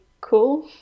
cool